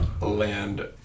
land